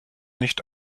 nicht